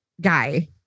guy